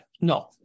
no